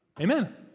Amen